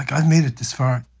i've made it this far.